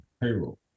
payroll